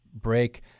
break—